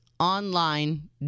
Online